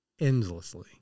endlessly